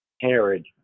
Herod